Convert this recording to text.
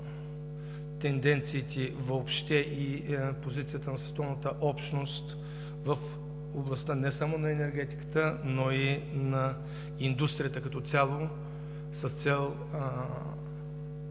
тенденциите и позицията на световната общност в областта не само на енергетиката, но и на индустрията като цяло с цел